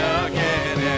again